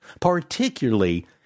particularly